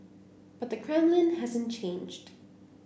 but the Kremlin hasn't changed